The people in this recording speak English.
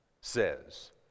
says